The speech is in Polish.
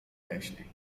leśnej